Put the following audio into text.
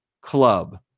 club